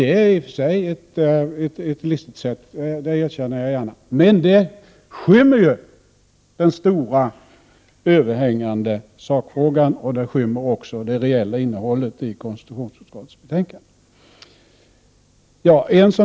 Det är i och för sig listigt — det erkänner jag gärna — men det skymmer den stora, övergripande sakfrågan och det reella innehållet i konstitutionsutskottets betänkande.